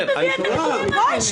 אני קורא לך לסדר, יעקב.